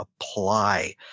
apply